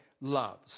loves